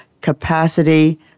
capacity